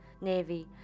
Navy